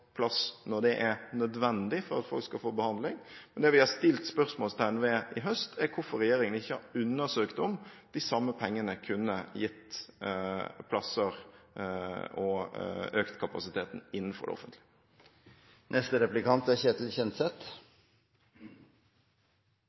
plass når det er nødvendig, for at folk skal få behandling, men det vi har satt spørsmålstegn ved i høst, er hvorfor regjeringen ikke har undersøkt om de samme pengene kunne gitt plasser og økt kapasiteten innenfor det offentlige. Eivind-eksemplet fra Vårt Land i dag er